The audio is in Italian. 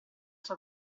sua